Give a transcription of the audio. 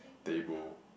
table